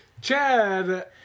Chad